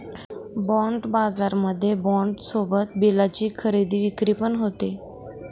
bond बाजारामध्ये bond सोबतच बिलाची खरेदी विक्री पण होते